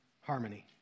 harmony